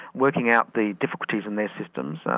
working out the difficulties in their systems,